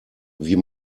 wie